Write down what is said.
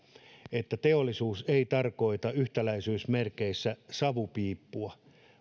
että teollisuus ei tarkoita yhtäläisyysmerkeissä savupiippua